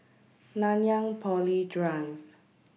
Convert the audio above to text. Nanyang Poly Drive